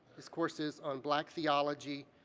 his courses on black theology,